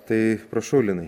tai prašau linai